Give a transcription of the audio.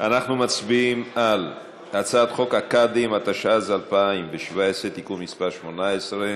אנחנו מצביעים על הצעת חוק הקאדים (תיקון מס' 18),